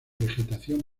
vegetación